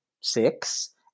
six